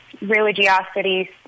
religiosity